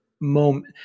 moment